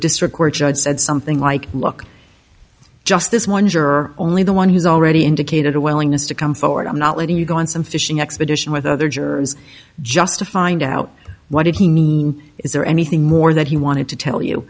district court judge said something like look just this one juror only the one who's already indicated a willingness to come forward i'm not letting you go on some fishing expedition with other jurors just to find out what did he mean is there anything more that he wanted to tell you